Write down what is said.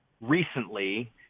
recently